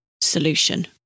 solution